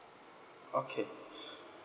okay